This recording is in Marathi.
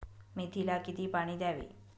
मेथीला किती पाणी द्यावे?